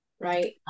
right